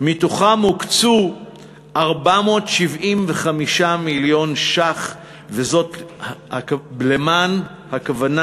מתוכם הוקצו 475 מיליון ש"ח למען הכוונה